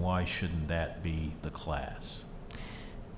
why should that be the class